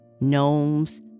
gnomes